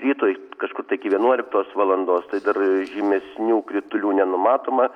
rytui kažkur tai iki vienuoliktos valandos tai dar žymesnių kritulių nenumatoma